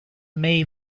may